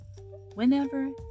whenever